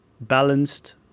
balanced